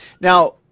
Now